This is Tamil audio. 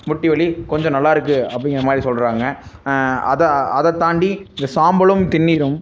முட்டிவலி கொஞ்சம் நல்லாயிருக்கு அப்படிங்கிறமாரி சொல்கிறாங்க அதை அதைத்தாண்டி இந்த சாம்பலும் திருநீறும்